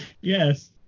Yes